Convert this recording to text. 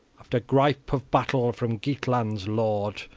after gripe of battle, from geatland's lord,